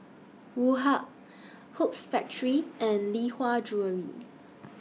Woh Hup Hoops Factory and Lee Hwa Jewellery